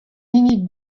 hini